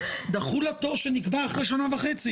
דחו לה תור שנקבע אחרי שנה וחצי.